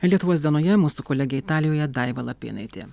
lietuvos dienoje mūsų kolegė italijoje daiva lapėnaitė